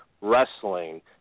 wrestling